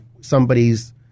somebody's